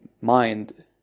mind